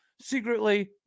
Secretly